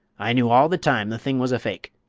i knew all the time the thing was a fake.